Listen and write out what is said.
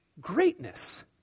greatness